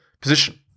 position